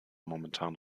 momentan